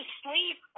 sleep